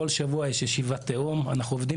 בכל שבוע יש ישיבת תיאום ואנחנו עובדים